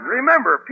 Remember